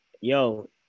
Yo